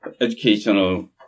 educational